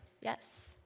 Yes